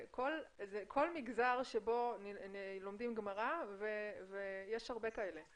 כל מגזר שלומד גמרא ויש הרבה כאלה.